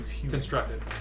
constructed